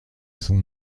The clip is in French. son